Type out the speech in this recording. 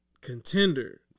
contender